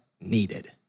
needed